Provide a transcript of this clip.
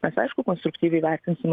mes aišku konstruktyviai vertinsim